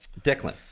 Declan